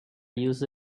use